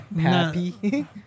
Happy